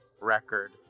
record